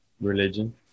Religion